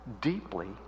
deeply